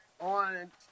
on